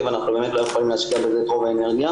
אנחנו באמת לא יכולים להשקיע בזה את כל האנרגיה,